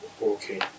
Okay